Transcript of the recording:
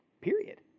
period